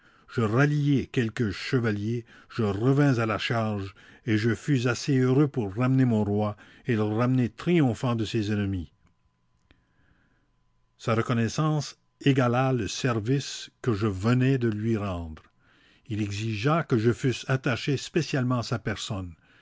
je ralliai quelques chevaliers je revins à la charge et je fus assez heureux pour ramener mon roi et le ramener triomphant de ses ennemis sa reconnaissance égala le service que je venais de lui rendre il exigea que je fusse attaché spécialement à sa personne